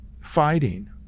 fighting